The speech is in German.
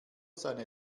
seine